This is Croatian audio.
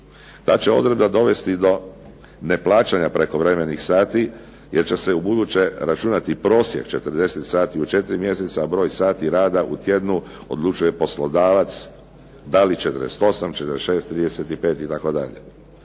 Ta će odredba dovesti do neplaćanja prekovremenih sati, jer će se ubuduće računati prosjek 40 sati u 4 mjeseca, a broj sati rada u tjednu odlučuje poslodavac, da li 48, 46, 35 itd.